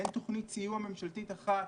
אין תוכנית סיוע ממשלתית אחת